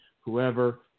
whoever